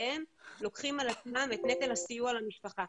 והם לוקחים על עצמם את נטל הסיוע למשפחה.